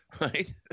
right